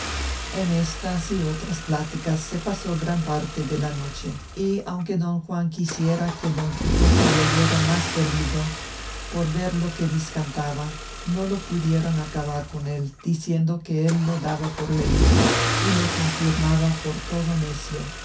en estas y otras pláticas se pasó gran parte de la noche y aunque don juan quisiera que don quijote leyera más del libro por ver lo que discantaba no lo pudieron acabar con él diciendo que él lo daba por leído y lo confirmaba por todo necio